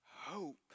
hope